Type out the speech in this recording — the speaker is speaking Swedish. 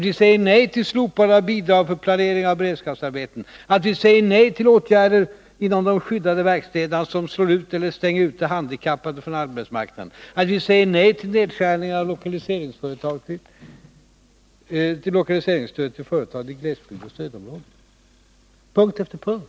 Vi säger nej till slopandet av bidragen till planering av beredskapsarbeten, vi säger nej till åtgärder inom de skyddade verkstäderna som slår ut eller stänger ute handikappade från arbetsmarknaden, och vi säger nej till nedskärningar av lokaliseringsstöd till företag i glesbygdsoch stödområden. Vi har förslag på punkt efter punkt.